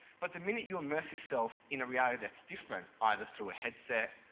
but the minute you immerse yourself in a reality that's different either through a headset,